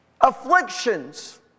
afflictions